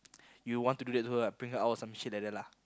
you want to do that to her ah bring her out or some shit like that lah